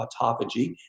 autophagy